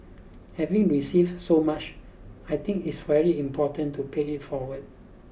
having received so much I think it's very important to pay it forward